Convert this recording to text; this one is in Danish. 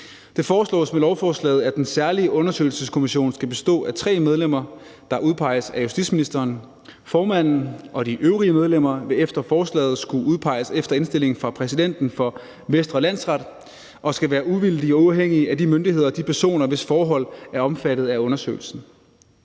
Det foreslås med lovforslaget, at den særlige undersøgelseskommission skal bestå af tre medlemmer, der udpeges af justitsministeren. Formanden og de øvrige medlemmer vil efter forslaget skulle udpeges efter indstilling fra præsidenten for Vestre Landsret og skal være uvildige og uafhængige af de myndigheder og de personer, hvis forhold er omfattet af undersøgelsen.